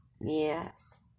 Yes